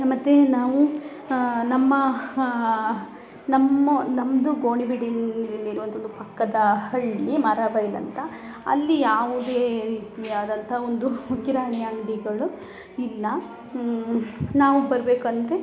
ಮತ್ತು ನಾವು ನಮ್ಮ ನಮ್ಮ ನಮ್ಮದು ಗೋಣಿಬೀಡು ಇರುವಂಥದ್ದು ಪಕ್ಕದ ಹಳ್ಳಿ ಮರ ಬೈಲು ಅಂತ ಅಲ್ಲಿ ಯಾವುದೇ ರೀತಿಯಾದಂಥ ಒಂದು ಕಿರಾಣಿ ಅಂಗಡಿಗಳು ಇಲ್ಲ ನಾವು ಬರಬೇಕಂದ್ರೆ